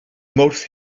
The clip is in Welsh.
mawrth